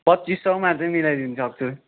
पच्चिस सयमा चाहिँ मिलाई दिनु सक्छु